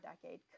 decade